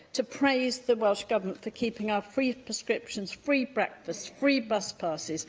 to praise the welsh government for keeping our free prescriptions, free breakfasts, free bus passes,